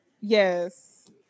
Yes